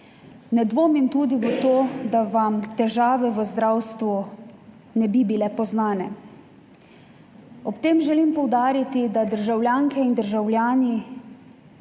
Ne dvomim tudi v to, da vam težave v zdravstvu ne bi bile poznane. Ob tem želim poudariti, da državljanke in državljani